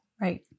Right